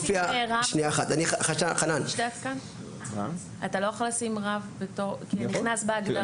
אתה לא יכול לשים רב שנכנס בהגדרה?